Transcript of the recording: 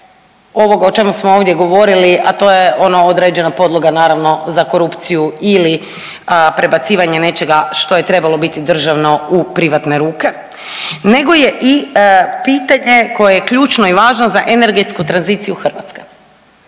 ovog o čemu smo ovdje govorili, a to je ono određena podloga naravno za korupciju ili prebacivanje nečega što je trebalo biti državno u privatne ruke, nego je i pitanje koje je ključno i važno za energetsku tranziciju Hrvatske.